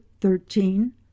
thirteen